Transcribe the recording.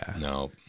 No